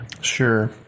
Sure